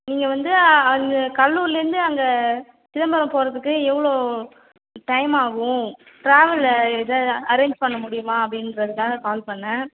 இங்கே வந்து அங்கே கடலூர்லிர்ந்து அங்கே சிதம்பரம் போறதுக்கு எவ்வளோ டைம் ஆகும் டிராவலு இது அரேஞ்ச் பண்ண முடியுமா அப்படின்றதுக்காக கால் பண்ணிணேன்